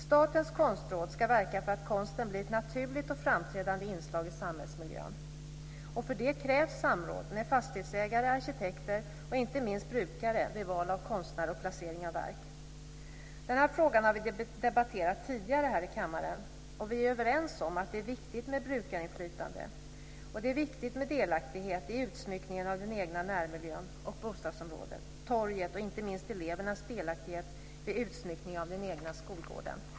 Statens konstråd ska verka för att konsten blir ett naturligt och framträdande inslag i samhällsmiljön. För det krävs samråd med fastighetsägare, arkitekter och inte minst brukare vid val av konstnär och placering av verk. Den här frågan har vi debatterat tidigare här i kammaren, och vi är överens om att det är viktigt med brukarinflytandet. Det är viktigt med delaktighet i utsmyckningen av den egna närmiljön, av bostadsområdet och torget. Inte minst är det viktigt med elevernas delaktighet vid utsmyckning av den egna skolgården.